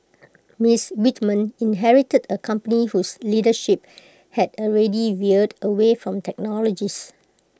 Mister Whitman inherited A company whose leadership had already veered away from technologists